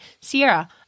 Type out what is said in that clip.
sierra